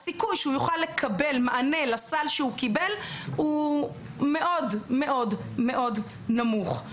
הסיכוי שהוא יוכל לקבל מענה לסל שהוא קיבל הוא מאוד מאוד מאוד נמוך.